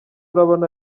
urabona